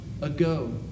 ago